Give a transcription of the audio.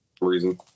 reason